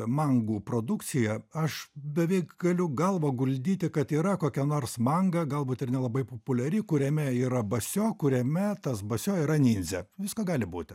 mangų produkcija aš beveik galiu galvą guldyti kad yra kokia nors manga galbūt ir nelabai populiari kuriame yra basio kuriame tas basio yra nindzė visko gali būti